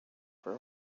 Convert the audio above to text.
for